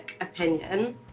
opinion